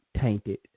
tainted